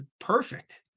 perfect